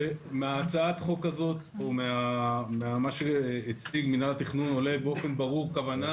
שמהצעת החוק הזאת או ממה שהציג מינהל התכנון עולה באופן ברור כוונה